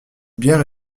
bière